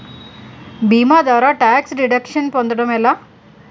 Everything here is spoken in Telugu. భీమా ద్వారా టాక్స్ డిడక్షన్ పొందటం ఎలా?